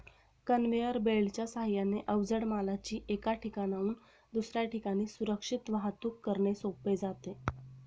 conveyor बेल्टच्या साहाय्याने अवजड मालाची एका ठिकाणाहून दुसऱ्या ठिकाणी सुरक्षित वाहतूक करणे सोपे जाते